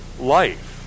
life